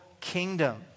kingdom